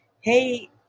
Hey